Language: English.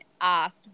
asked